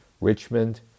Richmond